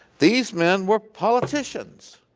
these men were politicians.